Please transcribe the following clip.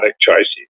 choices